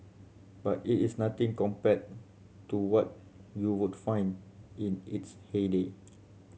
but it is nothing compared to what you would find in its heyday